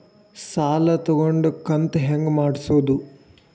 ಸಾಲ ತಗೊಂಡು ಕಂತ ಹೆಂಗ್ ಮಾಡ್ಸೋದು?